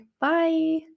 bye